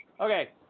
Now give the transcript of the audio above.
Okay